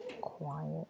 Quiet